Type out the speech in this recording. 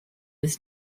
his